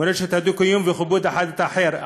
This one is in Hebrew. מורשת הדו-קיום וכיבוד האחד את האחר.